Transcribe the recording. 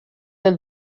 del